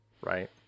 Right